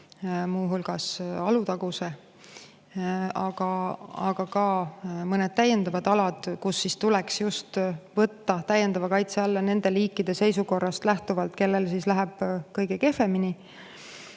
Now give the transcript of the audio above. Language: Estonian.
muu hulgas Alutagusel, aga ka mõned täiendavad alad, mis tuleks võtta täiendava kaitse alla nende liikide seisukorrast lähtuvalt, kellel läheb kõige kehvemini.